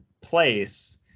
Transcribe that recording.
place